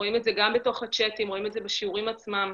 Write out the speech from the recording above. רואים את זה גם בתוך הצ'טים, בשיעורים עצמם.